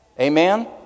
Amen